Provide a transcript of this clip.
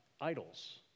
idols